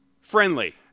friendly